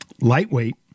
Lightweight